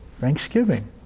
thanksgiving